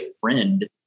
friend